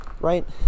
right